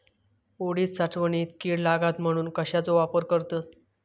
उडीद साठवणीत कीड लागात म्हणून कश्याचो वापर करतत?